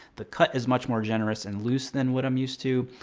the cut is much more generous and looser than what i'm used to.